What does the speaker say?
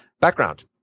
Background